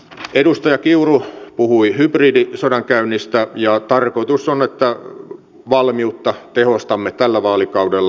edustaja kiuru puhui hybridisodankäynnistä ja tarkoitus on että valmiutta tehostamme tällä vaalikaudella